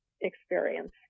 experience